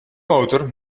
motor